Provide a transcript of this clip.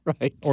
Right